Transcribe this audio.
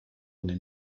ohne